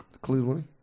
Cleveland